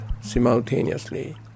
simultaneously